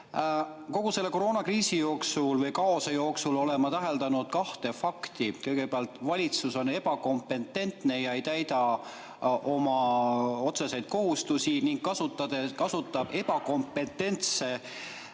Kogu selle koroonakriisi jooksul või kaose jooksul olen ma täheldanud kahte fakti. Kõigepealt, valitsus on ebakompetentne ega täida oma otseseid kohustusi ning kasutab ebakompetentse